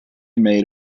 made